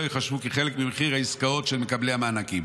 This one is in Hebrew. לא ייחשבו כחלק ממחיר העסקאות של מקבלי המענקים.